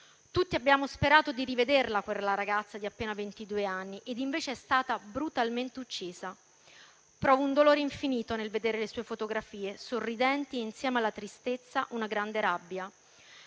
Tutti abbiamo sperato di rivederla, quella ragazza di appena ventidue anni, ed invece è stata brutalmente uccisa. Provo un dolore infinito nel vedere le sue fotografie sorridenti e, insieme alla tristezza, una grande rabbia.